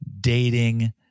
dating